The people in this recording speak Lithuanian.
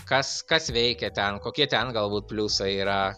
kas kas veikia ten kokie ten galbūt pliusai yra